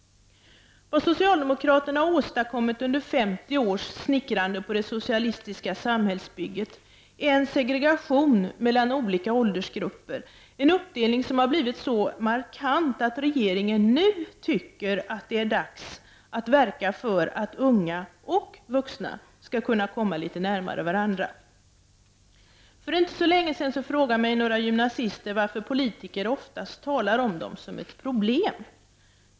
Vad socialdemokraterna åstadkommit under 50 års snickrande på det socialistiska samhällsbygget är en segregation mellan olika åldersgrupper, en uppdelning som har blivit så markant att regeringen nu tycker att det är dags att verka för att unga och vuxna skall komma litet närmare varandra. För inte så länge sedan frågade några gymnasister mig varför politiker oftast talar om dem som ett problem.